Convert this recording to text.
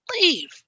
Leave